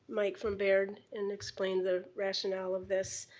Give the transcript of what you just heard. mike from baird and explained the rationale of this.